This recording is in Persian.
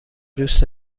دوست